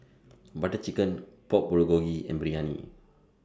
Butter Chicken Pork Bulgogi and Biryani